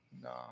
No